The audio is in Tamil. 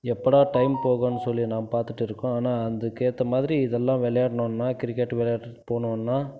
எப்போடா டைம் போகுன்னு சொல்லி நாம் பார்த்துட்டு இருக்கோம் ஆனால் அதுக்கு ஏற்ற மாதிரி இதெல்லாம் விளையாடினோன்னா கிரிக்கெட்டு விளையாடுறத்துக்கு போனோம்னா